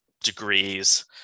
degrees